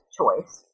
choice